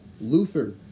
Luther